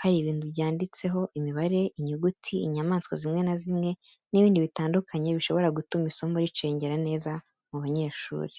hari ibintu byanditseho imibare, inyuguti, inyamaswa zimwe na zimwe n'ibindi bitandukanye bishobora gutuma isomo ricengera neza mu banyeshuri.